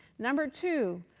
number two,